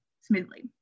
smoothly